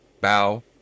bow